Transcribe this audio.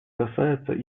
касается